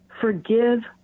Forgive